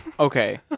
Okay